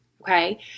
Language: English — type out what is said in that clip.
Okay